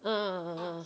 ah ah ah ah ah